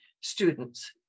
students